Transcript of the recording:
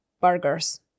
burgers